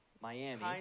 Miami